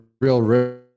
real